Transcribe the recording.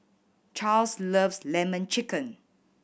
Charls loves Lemon Chicken